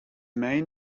main